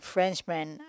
Frenchmen